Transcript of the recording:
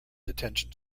detention